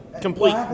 Complete